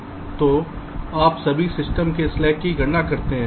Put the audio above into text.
तो आप सभी सिस्टम के स्लैक की गणना करते हैं